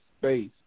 space